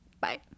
Bye